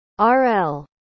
rl